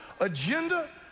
agenda